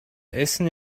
essen